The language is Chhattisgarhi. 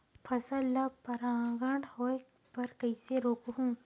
फसल ल परागण होय बर कइसे रोकहु?